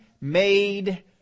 made